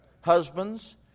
Husbands